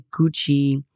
Gucci